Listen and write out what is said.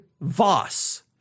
Voss